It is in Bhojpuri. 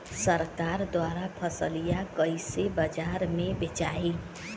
सरकार द्वारा फसलिया कईसे बाजार में बेचाई?